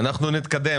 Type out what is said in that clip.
אנחנו נתקדם